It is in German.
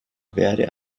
werde